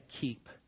keep